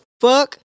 fuck